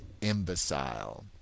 imbecile